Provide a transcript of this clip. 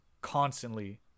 constantly